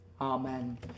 Amen